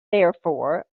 therefore